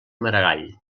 maragall